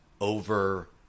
over